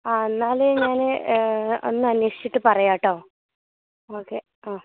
ആ എന്നാൽ ഞാൻ ഒന്ന് അന്വേഷിച്ചിട്ട് പറയാം കേട്ടോ ഓക്കേ ആ